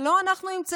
זה לא אנחנו המצאנו.